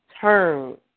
turn